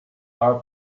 are